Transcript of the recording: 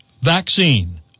vaccine